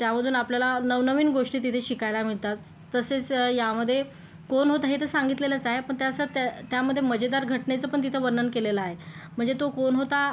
त्यावरून आपल्याला नवनवीन गोष्टी तिथे शिकायला मिळतात तसेच यामध्ये कोण होतं हे तर सांगितलेलंच आहे पण त्याचं त्या त्यामध्ये मजेदार घटनेचं पण तिथे वर्णन केलेलं आहे म्हणजे तो कोण होता